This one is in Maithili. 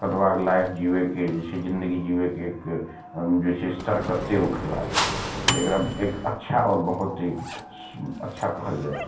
कतबाके लाइफ जीबैके जे छै जिन्दगी जीबैके एक जे स्तर कतेक उठेलक यए एकरा एक अच्छा आओर बहुत ही अच्छा कहल जाइत